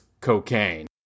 cocaine